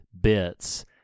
bits